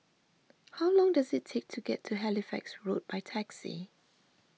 how long does it take to get to Halifax Road by taxi